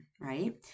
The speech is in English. right